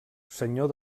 senyor